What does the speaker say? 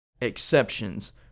exceptions